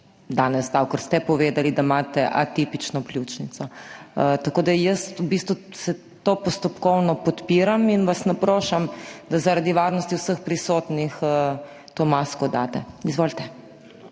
danes dal, ker ste povedali, da imate atipično pljučnico. Tako da jaz v bistvu to postopkovno podpiram in vas naprošam, da zaradi varnosti vseh prisotnih to masko date. Izvolite.